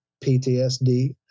PTSD